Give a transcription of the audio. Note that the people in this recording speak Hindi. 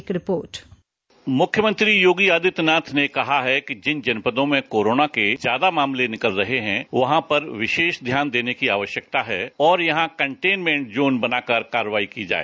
एक रिपोर्ट मुख्यमंत्री योगी आदित्यनाथ ने कहा है कि जिन जनपदों में कोरोना के ज्यादा मामले निकल रहे हैं वहां पर विशेष ध्यान देने की आवश्यकता है और यहां कंटेनमेंट जोन बनाकर कार्रवाई की जाए